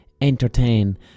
entertain